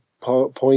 point